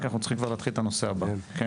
אני